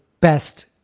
best